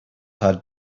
had